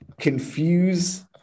confuse